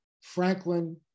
Franklin